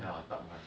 ya dark [one]